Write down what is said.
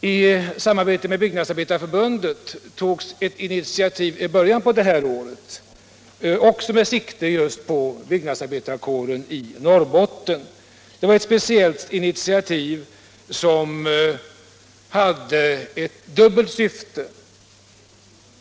I samarbete med Byggnadsarbetareförbundet togs ett initiativ i början av detta år också med tanke på byggnadsarbetarkåren i Norrbotten. Det var ett speciellt initiativ som hade ett dubbelt syfte.